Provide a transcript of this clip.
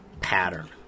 pattern